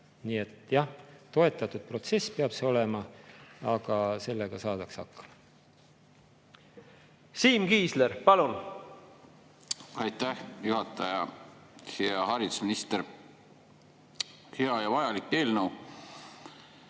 Nii et jah, toetatud protsess peab see olema, aga sellega saadakse hakkama. Siim Kiisler, palun! Siim Kiisler, palun! Aitäh, juhataja! Hea haridusminister! Hea ja vajalik eelnõu.